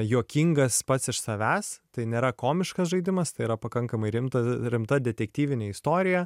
juokingas pats iš savęs tai nėra komiškas žaidimas tai yra pakankamai rimta rimta detektyvinė istorija